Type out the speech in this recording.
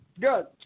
Good